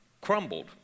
crumbled